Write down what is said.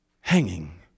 hanging